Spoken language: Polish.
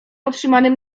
otrzymanym